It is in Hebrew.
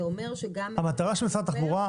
אומר שגם --- המטרה של משרד התחבורה,